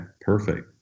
Perfect